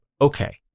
okay